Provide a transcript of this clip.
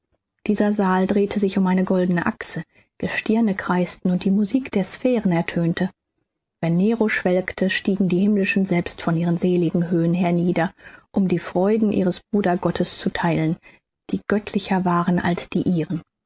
dieser saal drehte sich um eine goldene achse gestirne kreisten und die musik der sphären ertönte wenn nero schwelgte stiegen die himmlischen selber von ihren seligen höhen hernieder um die freuden ihres brudergottes zu theilen die göttlicher waren als die ihren